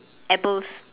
apples